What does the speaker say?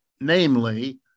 Namely